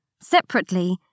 Separately